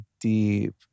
deep